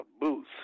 Booth